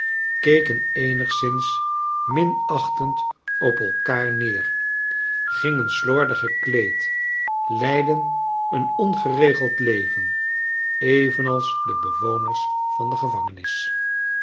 eenigszins minachtend op elkaar neer gingen slordig gekleed leidden een ongeregeld leven evenals de bewoners van de gevangenis